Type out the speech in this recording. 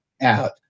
out